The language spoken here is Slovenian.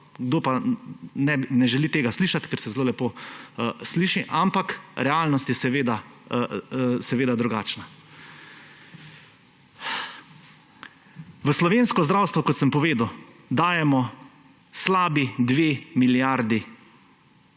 Kdo pa ne želi tega slišati, ker se zelo lepo sliši; ampak realnost je seveda drugačna. V slovensko zdravstvo, kot sem povedal, dajemo slabi 2 milijardi